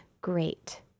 great